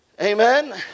Amen